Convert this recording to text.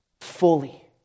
fully